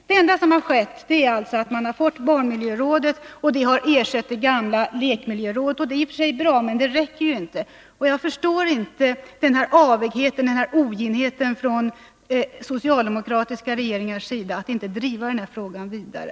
Det enda som hänt är att barnmiljörådet har inrättats. Det har ersatt det gamla lekmiljörådet. Det är i och för sig bra men räcker inte. Jag förstår inte denna avoghet, denna oginhet från socialdemokratiska regeringars sida att inte driva denna fråga vidare.